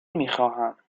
میخواهتم